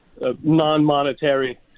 non-monetary